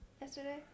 yesterday